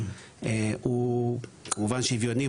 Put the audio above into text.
הוא כמובן שוויוני,